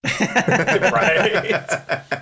right